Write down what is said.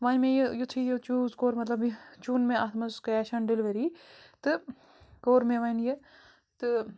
وۄنۍ مےٚ یہِ یُتھٕے یہِ چوٗز کوٚر مطلب یہِ چُن مےٚ اَتھ منٛز کیش آن ڈِلؤری تہٕ کوٚر مےٚ وۄنۍ یہِ تہٕ